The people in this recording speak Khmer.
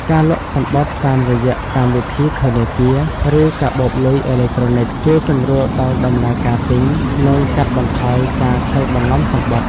ការលក់សំបុត្រតាមរយៈកម្មវិធីធនាគារ ឬកាបូបលុយអេឡិចត្រូនិក ជួយសម្រួលដល់ដំណើរការទិញ និងកាត់បន្ថយការក្លែងបន្លំសំបុត្រ។